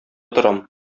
торам